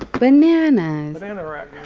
bananas banana rack